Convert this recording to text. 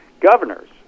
governors